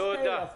דווקא אלה.